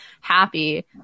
happy